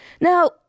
Now